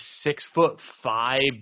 six-foot-five